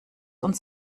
uns